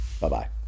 Bye-bye